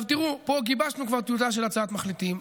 פה כבר גיבשנו מתווה של הצעת מחליטים.